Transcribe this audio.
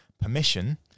permission